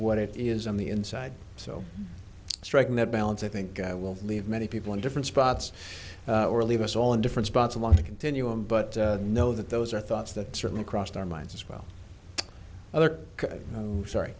what it is on the inside so striking that balance i think will leave many people in different spots or leave us all in different spots along the continuum but know that those are thoughts that certainly crossed our minds as well other sorry